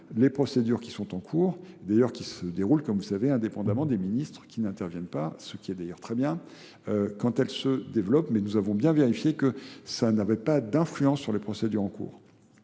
les procédures qui sont en cours, d'ailleurs qui se déroulent comme vous savez indépendamment des ministres qui n'interviennent pas. ne reviennent pas, ce qui est d'ailleurs très bien, quand elles se développent. Mais nous avons bien vérifié que ça n'avait pas d'influence sur les procédures en cours.